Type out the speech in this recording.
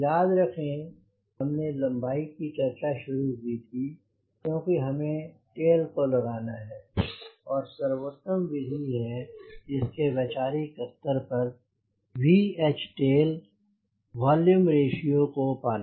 याद रखें कि हमने लम्बाई की चर्चा शुरू की थी क्योंकि हमें टेल को लगाना है और सर्वोत्तम विधि है इसके वैचारिक स्तर पर VH टेल वोल्यूम रेश्यो को पाना